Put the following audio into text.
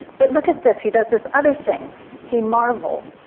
but look at this, he does this other thing he marvels.